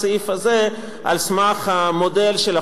היא תדון בסוגיות שהיו בהצעת